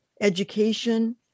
education